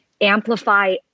amplify